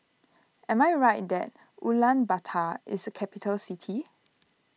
am I right that Ulaanbaatar is a capital city